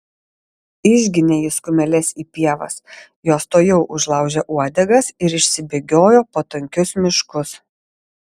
išginė jis kumeles į pievas jos tuojau užlaužė uodegas ir išsibėgiojo po tankius miškus